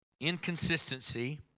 Inconsistency